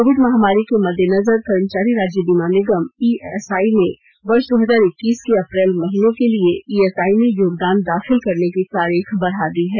Covid महामारी के मद्देनजर कर्मचारी राज्य बीमा निगम ईएसआई ने वर्ष दो हजार इक्कीस के अप्रैल महीने के लिए ईएसआई में योगदान दाखिल करने की तारीख बढ़ा दी है